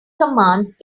commands